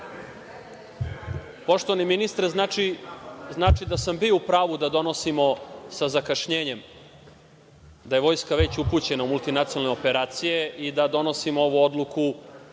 DS.Poštovani ministre, znači da sam bio upravu da donosimo sa zakašnjenjem, da je vojska već upućena u multinacionalne operacije i da donosimo ovu odluku